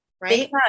Right